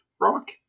rock